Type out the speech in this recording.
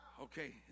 Okay